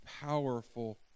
powerful